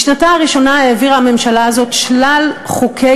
בשנתה הראשונה העבירה הממשלה הזאת שלל חוקי